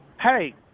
Hey